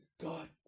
God